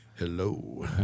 Hello